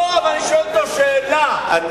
הוספתם לו זמן דיבור, זה הכול.